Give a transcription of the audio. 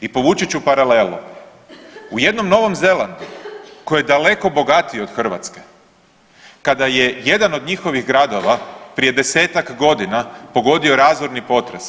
I povući ću paralelu u jednom Novom Zelandu koji je daleko bogatiji od Hrvatske kada je jedan od njihovih gradova prije 10-tak godina pogodio razorni potres